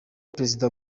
perezida